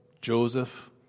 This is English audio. Joseph